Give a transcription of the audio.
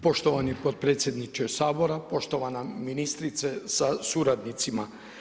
Poštovani potpredsjedniče Sabora, poštovana ministrice sa suradnicima.